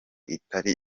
itari